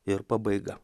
ir pabaiga